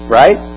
right